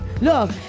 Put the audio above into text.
Look